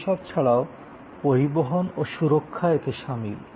এই সব ছাড়াও পরিবহন ও সুরক্ষা এতে সামিল